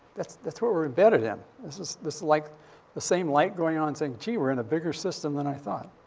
that's that's what we're embedded in. this is this is like the same light going on saying, gee, we're in a bigger system than i thought.